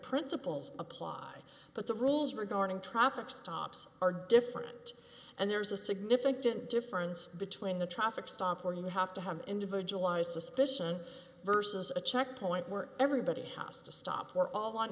principles apply but the rules regarding traffic stops are different and there's a significant difference between the traffic stop where you have to have an individualized suspicion versus a checkpoint were everybody house to stop or all